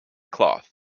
cloth